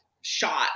shot